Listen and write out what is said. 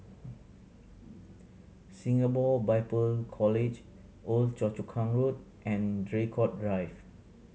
Singapore Bible College Old Choa Chu Kang Road and Draycott Drive